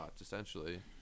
essentially